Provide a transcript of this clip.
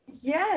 Yes